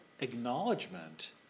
acknowledgement